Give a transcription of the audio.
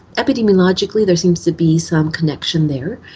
epidemiologically there seems to be some connection there.